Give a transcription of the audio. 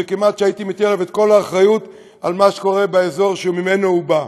וכמעט הייתי מטיל עליו את כל האחריות למה שקורה באזור שממנו הוא בא.